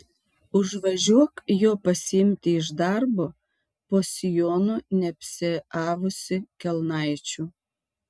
užvažiuok jo pasiimti iš darbo po sijonu neapsiavusi kelnaičių